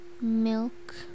milk